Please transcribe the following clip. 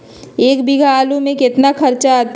एक बीघा आलू में केतना खर्चा अतै?